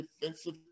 defensive